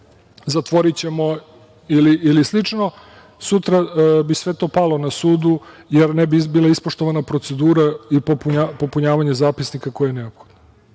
zatvorićemo ili slično, sutra bi sve to palo na sudu, jer ne bi bila ispoštovana procedura popunjavanja zapisnika, koji je neophodan.